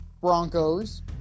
Broncos